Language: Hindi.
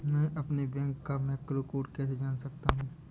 मैं अपने बैंक का मैक्रो कोड कैसे जान सकता हूँ?